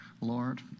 Lord